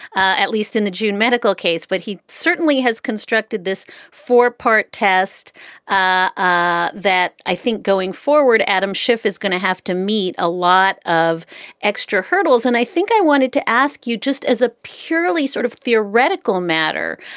at least in the june medical case. but he certainly has constructed this four part test ah that i think going forward. adam schiff is going to have to meet a lot of extra hurdles. and i think i wanted to ask you, just as a purely sort of theoretical matter,